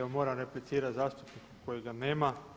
Ja moram replicirati zastupniku kojega nema.